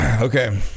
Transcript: Okay